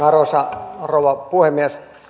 arvoisa rouva puhemies